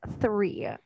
three